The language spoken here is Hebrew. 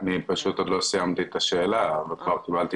עוד לא סיימתי את השאלה וכבר קיבלתי